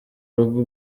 rugo